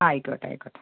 ആയിക്കോട്ടെ ആയിക്കോട്ടെ